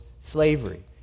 slavery